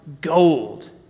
gold